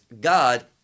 God